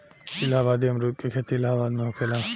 इलाहाबादी अमरुद के खेती इलाहाबाद में होखेला